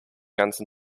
ganzen